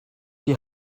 die